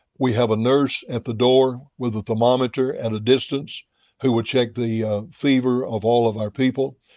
we have a nurse at the door with a thermometer at a distance who will check the fever of all of our people.